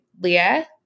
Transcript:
Leah